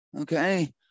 Okay